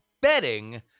betting